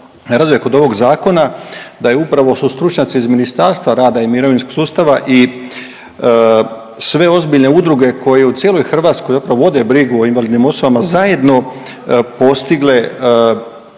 raduje kod ovog Zakona da je upravo su stručnjaci iz Ministarstva rada i mirovinskog sustava i sve ozbiljne udruge koje u cijeloj Hrvatskoj vode brigu o invalidnim osobama zajedno postigle